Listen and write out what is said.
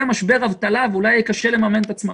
משבר אבטלה ואולי יהיה קשה לממן את עצמם.